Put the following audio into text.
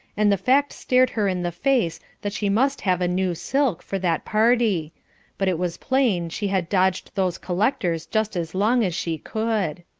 and the fact stared her in the face that she must have a new silk for that party but it was plain she had dodged those collectors just as long as she could.